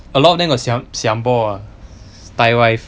a lot of them got siam po ah thai wife